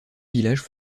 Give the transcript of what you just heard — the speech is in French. villages